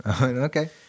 Okay